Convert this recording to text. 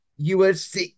USC